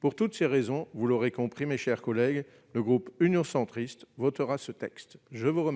Pour toutes ces raisons, vous l'aurez compris, mes chers collègues, le groupe Union Centriste votera ce texte. La parole